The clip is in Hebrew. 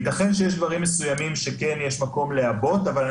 ויתכן שיש דברים מסוימים שכן יש מקום לעבות אבל אני